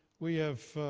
we have